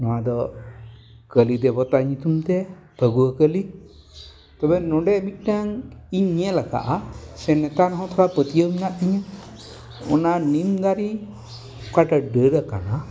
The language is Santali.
ᱱᱚᱣᱟ ᱫᱚ ᱠᱟᱹᱞᱤ ᱫᱮᱵᱚᱛᱟ ᱧᱩᱛᱩᱢ ᱛᱮ ᱯᱷᱟᱹᱜᱩᱣᱟᱹ ᱠᱟᱹᱞᱤ ᱛᱚᱵᱮ ᱱᱚᱰᱮ ᱢᱤᱫᱴᱟᱝ ᱤᱧ ᱧᱮᱞ ᱟᱠᱟᱜᱼᱟ ᱥᱮ ᱱᱮᱛᱟᱨ ᱦᱚᱸ ᱛᱷᱚᱲᱟ ᱯᱟᱹᱛᱭᱟᱹᱣ ᱢᱮᱱᱟᱜ ᱛᱤᱧᱟᱹ ᱚᱱᱟ ᱱᱤᱢ ᱫᱟᱨᱮ ᱚᱠᱟᱴᱟᱜ ᱰᱟᱹᱨ ᱟᱠᱟᱱᱟ